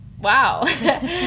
wow